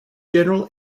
general